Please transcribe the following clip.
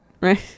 right